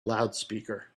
loudspeaker